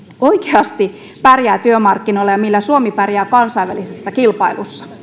oikeasti pärjää työmarkkinoilla ja millä suomi pärjää kansainvälisessä kilpailussa